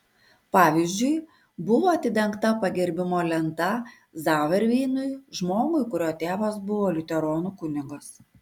pavyzdžiui buvo atidengta pagerbimo lenta zauerveinui žmogui kurio tėvas buvo liuteronų kunigas